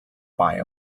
buy